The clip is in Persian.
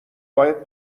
باید